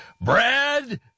Brad